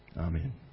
Amen